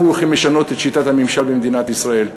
אנחנו הולכים לשנות את שיטת הממשל במדינת ישראל,